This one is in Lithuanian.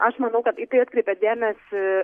aš manau kad į tai atkreipė dėmesį